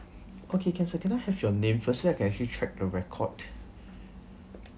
okay can sir can I have your name first so I can actually track the record